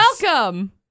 welcome